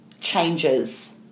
changes